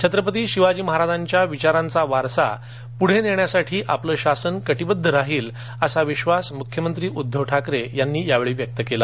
छत्रपती शिवाजी महाराजांच्या विचारांचा वारसा पुढे नेण्यासाठी आपलं शासन कटिबध्द राहील असा विश्वास मुख्यमंत्री उध्दव ठाकरे यांनी व्यक्त केला